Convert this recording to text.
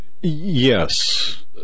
Yes